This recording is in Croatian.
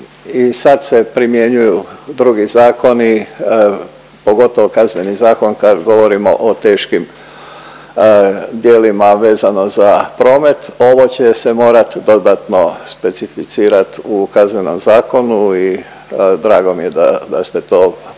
sad se primjenjuju drugi zakoni, pogotovo Kazneni zakon kad govorimo o teškim djelima vezano za promet ovo će se morat dodatno specificirat u Kaznenom zakonu i drago mi je da ste to